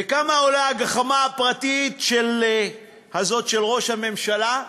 וכמה עולה הגחמה הפרטית הזאת של ראש הממשלה?